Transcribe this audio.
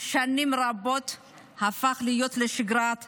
שנים רבות הפכה להיות לשגרת חיינו.